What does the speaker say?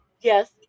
Yes